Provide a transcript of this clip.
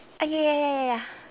ah ya ya ya ya ya